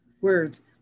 words